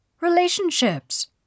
Relationships